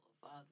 father